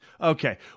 Okay